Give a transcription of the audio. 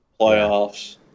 Playoffs